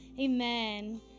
Amen